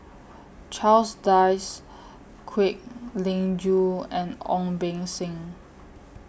Charles Dyce Kwek Leng Joo and Ong Beng Seng